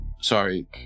Sorry